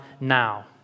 now